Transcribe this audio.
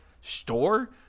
Store